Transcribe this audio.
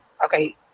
Okay